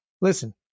Listen